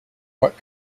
what